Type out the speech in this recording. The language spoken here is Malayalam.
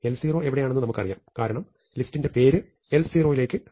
l0 എവിടെയാണെന്ന് നമുക്കറിയാം കാരണം ലിസ്റ്റിന്റെ പേര് l0 ലേക്ക് വിരൽ ചൂണ്ടും